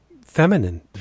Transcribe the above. feminine